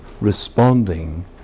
responding